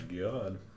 god